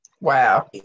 Wow